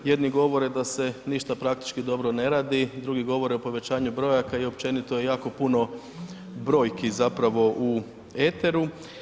Jedni govore da se ništa praktički dobro ne radi, drugi govore o povećanju brojaka i općenito jako puno brojki zapravo u eteru.